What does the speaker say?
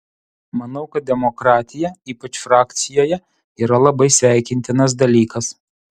manau kad demokratija ypač frakcijoje yra labai sveikintinas dalykas